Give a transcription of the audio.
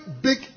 big